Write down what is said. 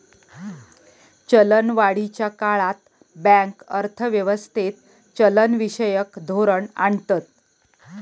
चलनवाढीच्या काळात बँक अर्थ व्यवस्थेत चलनविषयक धोरण आणतत